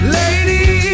lady